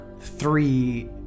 three